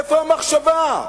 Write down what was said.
איפה המחשבה?